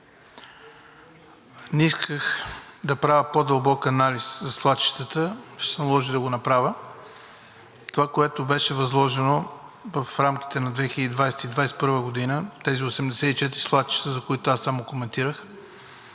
не исках да правя по-дълбок анализ за свлачищата – ще се наложи да го направя. Това, което беше възложено в рамките на 2020 – 2021 г., тези 84 свлачища, за които аз само коментирах,